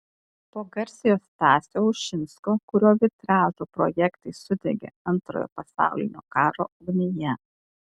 po garsiojo stasio ušinsko kurio vitražų projektai sudegė antrojo pasaulinio karo ugnyje